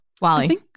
Wally